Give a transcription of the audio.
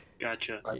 Gotcha